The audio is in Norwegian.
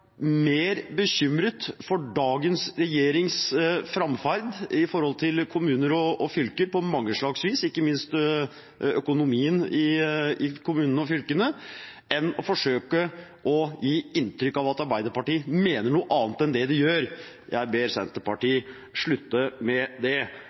mer bekymret for dagens regjerings framferd overfor kommuner og fylker på mange slags vis – ikke minst økonomien i kommunene og fylkene – enn å forsøke å gi inntrykk av at Arbeiderpartiet mener noe annet enn det vi gjør. Jeg ber